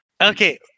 okay